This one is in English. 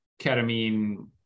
ketamine